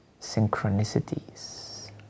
synchronicities